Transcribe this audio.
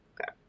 Okay